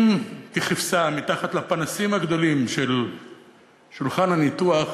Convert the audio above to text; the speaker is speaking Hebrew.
ככבשה מתחת לפנסים הגדולים של שולחן הניתוח,